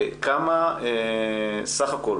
כמה סך הכל